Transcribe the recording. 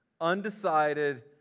undecided